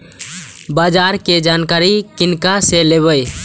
बाजार कै जानकारी किनका से लेवे?